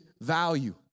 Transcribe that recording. value